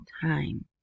time